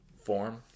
form